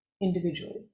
individually